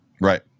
Right